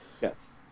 Yes